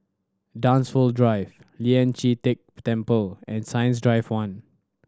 Dunsfold Drive Lian Chee Kek Temple and Science Drive One